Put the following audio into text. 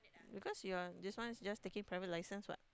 because you are this one is just taking private license what